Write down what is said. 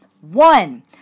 One